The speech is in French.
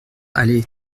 allée